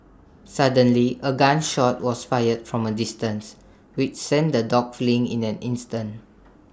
suddenly A gun shot was fired from A distance which sent the dogs fleeing in an instant